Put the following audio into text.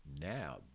Now